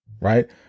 right